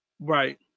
Right